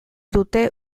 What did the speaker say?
dute